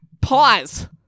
Pause